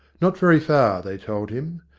not very far, they told him.